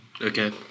Okay